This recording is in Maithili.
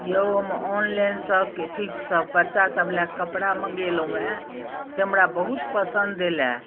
यौ हम ऑनलाइनसँ अथीसभ बच्चासभ लए कपड़ा मङ्गेलहुँए से हमरा बहुत पसन्द आयलए